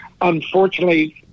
Unfortunately